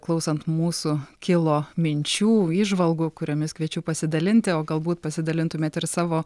klausant mūsų kilo minčių įžvalgų kuriomis kviečiu pasidalinti o galbūt pasidalintumėt ir savo